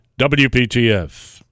WPTF